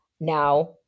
now